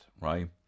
Right